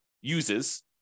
uses